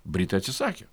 britai atsisakė